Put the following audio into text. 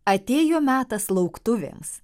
atėjo metas lauktuvėms